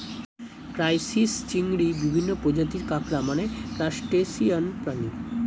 crisis, চিংড়ি, বিভিন্ন প্রজাতির কাঁকড়া মানে ক্রাসটেসিয়ান প্রাণী